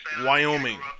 Wyoming